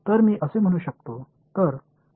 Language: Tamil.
எனவே உங்களிடம் ஃபங்ஷன்கள் உள்ளன